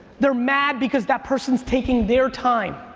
they're mad because that person's taking their time.